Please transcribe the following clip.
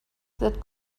that